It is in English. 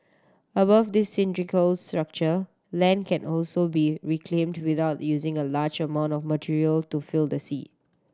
above this cylindrical structure land can also be reclaimed without using a large amount of material to fill the sea